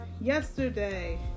yesterday